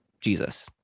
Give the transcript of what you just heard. Jesus